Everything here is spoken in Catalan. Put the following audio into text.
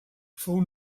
fou